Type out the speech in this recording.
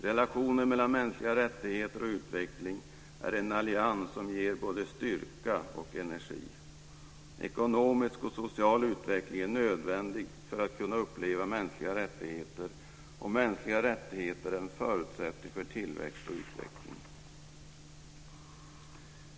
Relationen mellan mänskliga rättigheter och utveckling är en allians som ger både styrka och energi. Ekonomisk och social utveckling är nödvändig för att kunna uppleva mänskliga rättigheter, och mänskliga rättigheter är en förutsättning för tillväxt och utveckling.